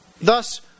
Thus